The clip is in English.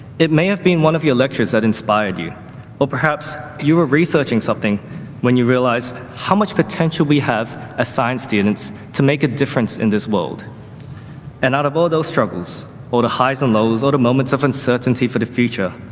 it may have been one of your lectures that inspired you or perhaps you were researching something when you realized how much potential we have assigned students to make a difference in this world and out of all those struggles or the highs and lows or the moments of uncertainty for the future,